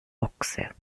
ochse